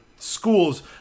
Schools